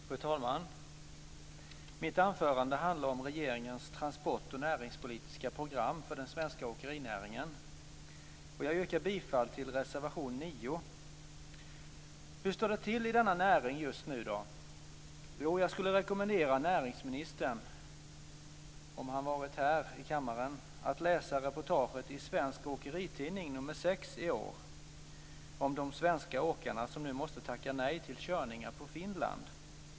Fru talman! Mitt anförande handlar om regeringens transport och näringspolitiska program för den svenska åkerinäringen. Jag yrkar bifall till reservation 9. Hur står det då till i denna näring just nu? Jag skulle rekommendera näringsministern, om han hade varit här i kammaren, att läsa reportaget i Svensk Åkeritidning nr 6 i år om de svenska åkare som nu måste tacka nej till körningar på Finland.